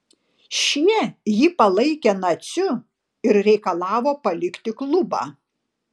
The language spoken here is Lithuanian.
šie jį palaikė naciu ir reikalavo palikti klubą